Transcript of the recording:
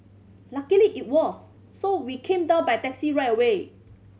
luckily it was so we came down by taxi right away